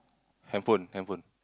handphone handphone